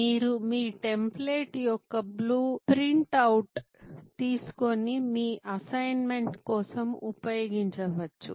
మీరు ఈ టెంప్లేట్ యొక్క ప్రింట్ అవుట్ తీసుకొని మీ అసైన్మెంట్ కోసం ఉపయోగించవచ్చు